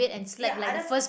ya I just